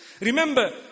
Remember